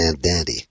Daddy